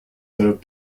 served